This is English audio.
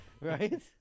Right